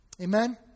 Amen